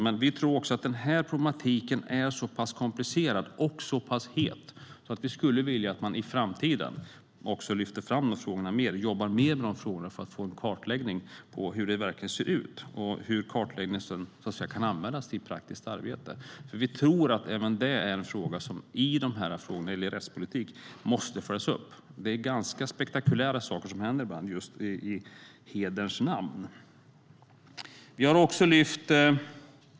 Men denna problematik är så pass komplicerad och het att vi skulle vilja att man lyfter fram dessa frågor mer i framtiden och jobbar mer med dem för att få en kartläggning av hur det verkligen ser ut. Sedan kan denna kartläggning användas i det praktiska arbetet. Vi tror att detta är en fråga som måste följas upp i rättspolitiken. Det är spektakulära saker som händer ibland i hederns namn.